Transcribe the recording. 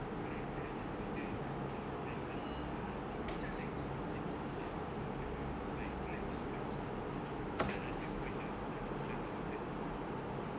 dia orang dia orang selalu pakai those macam bag very uh I think Charles & Keith Charles & Keith is like more common ones but I think like most mak cik dah rasa itu macam terlalu mahal ah Charles & Keith